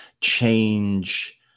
change